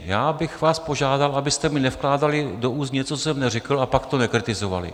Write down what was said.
Já bych vás požádal, abyste mi nevkládali do úst něco, co jsem neřekl, a pak to nekritizovali.